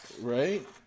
Right